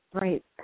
Right